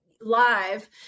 live